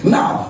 Now